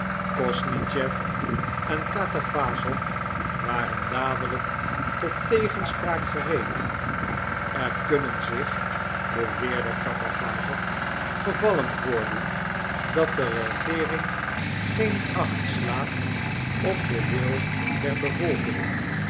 kosnischew en katawassow waren dadelijk tot tegenspraak gereed er kunnen zich beweerde katawassow gevallen voordoen dat de regeering geen acht slaat op den wil der bevolking